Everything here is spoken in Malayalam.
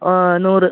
നൂറ്